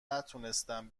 نتونستم